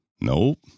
Nope